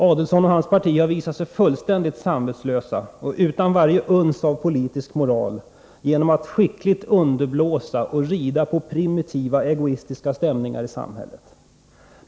Adelsohn och hans parti har visat sig fullständigt samvetslösa och utan varje uns av politisk moral genom att skickligt underblåsa och rida på primitiva egoistiska stämningar i samhället.